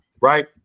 right